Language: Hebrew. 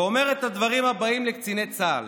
ואומר את הדברים הבאים לקציני צה"ל: